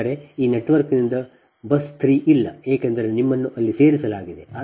ಅಂದರೆ ಈ ನೆಟ್ವರ್ಕ್ನಿಂದ ಬಸ್ 3 ಇಲ್ಲ ಏಕೆಂದರೆ ನಿಮ್ಮನ್ನು ಅಲ್ಲಿ ಸೇರಿಸಲಾಗಿದೆ